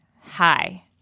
Hi